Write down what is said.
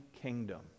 kingdom